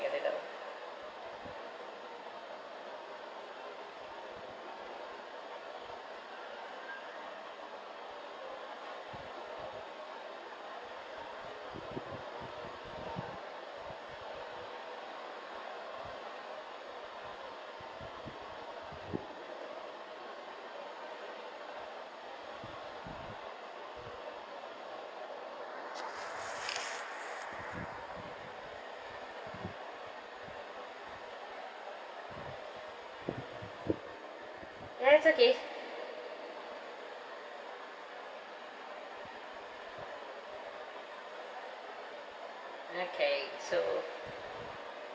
now ya it's okay okay so